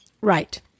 Right